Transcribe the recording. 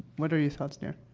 what are your thoughts there?